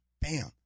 Bam